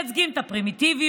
מייצגים את הפרימיטיביות,